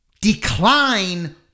decline